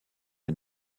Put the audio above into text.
est